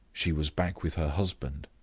she was back with her husband.